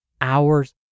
hours